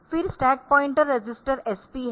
फिर stack pointer register SP है